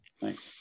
Thanks